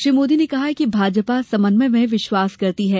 श्री मोदी ने कहा कि भाजपा समन्वय में विश्वास करती है